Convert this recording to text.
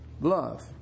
love